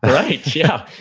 right. yeah.